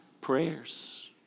prayers